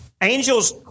Angels